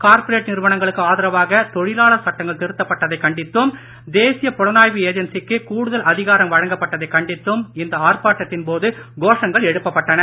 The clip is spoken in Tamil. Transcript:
கார்ப்பரேட் நிறுவனங்களுக்கு ஆதரவாக தொழிலாளர் சட்டங்கள் திருத்தப்பட்டதைக் கண்டித்தும் தேசிய புலனாய்வு ஏஜென்சிக்கு கூடுதல் அதிகாரம் வழங்கப்பட்டதைக் கண்டித்தும் இந்த ஆர்ப்பாட்டத்தின் போது கோஷங்கள் எழுப்பப்பட்டன